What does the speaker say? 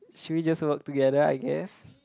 should we just work together I guess